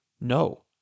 no